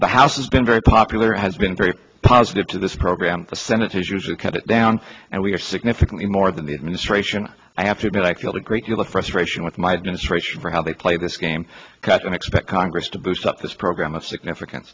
but house has been very popular has been very positive to this program the senate has usually cut it down and we are significantly more than the administration i have to admit i feel a great deal of frustration with my administration for how they played game question expect congress to boost up this program of significan